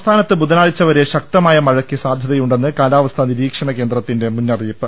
സംസ്ഥാനത്ത് ബുധനാഴ്ചവരെ ശക്തമായ മഴയ്ക്ക് സാധ്യതയു ണ്ടെന്ന് കാലാവസ്ഥാ നിരീക്ഷണ കേന്ദ്രത്തിന്റെ മുന്നറിയിപ്പ്